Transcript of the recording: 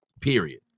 Period